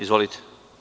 Izvolite.